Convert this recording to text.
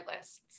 lists